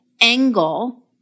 angle